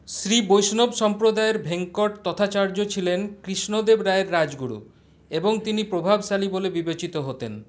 শ্রী বৈষ্ণব সম্প্রদায়ের ভেঙ্কট তথাচার্য ছিলেন কৃষ্ণদেব রায়ের রাজগুরু এবং তিনি প্রভাবশালী বলে বিবেচিত হতেন